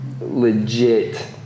legit